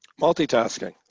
Multitasking